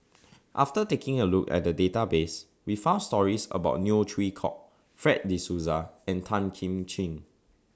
after taking A Look At The Database We found stories about Neo Chwee Kok Fred De Souza and Tan Kim Ching